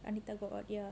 anita got out